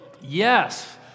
Yes